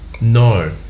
no